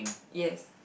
yes